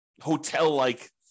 hotel-like